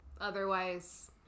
otherwise